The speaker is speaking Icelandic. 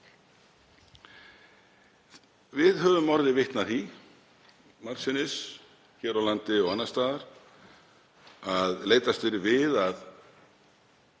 Við höfum orðið vitni að því margsinnis hér á landi og annars staðar að leitast er við,